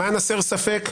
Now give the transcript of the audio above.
למען הסר ספק,